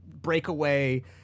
breakaway